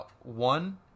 one